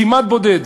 כמעט בודד,